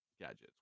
gadgets